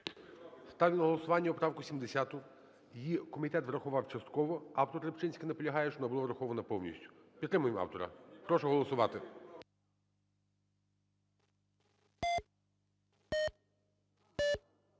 Ставлю на голосування правку 70. Її комітет врахував частково. Автор Рибчинський наполягає, щоби вона була врахована повністю. Підтримаємо автора. Прошу голосувати.